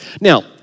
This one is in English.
Now